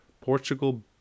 Portugal